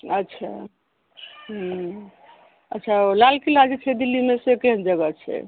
अच्छा ह्म्म अच्छा लाल किला जे छै दिल्लीमे से केहन जगह छै